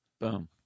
Boom